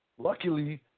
Luckily